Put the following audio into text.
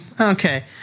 Okay